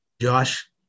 Josh